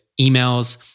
emails